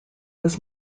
was